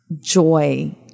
joy